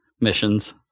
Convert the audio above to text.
missions